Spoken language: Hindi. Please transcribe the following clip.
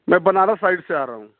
मैं बनारस साइड से आ रहा हूँ